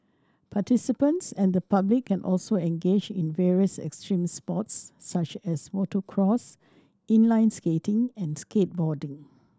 participants and the public can also engage in various extreme sports such as motocross inline skating and skateboarding